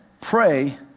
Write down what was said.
Pray